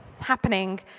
happening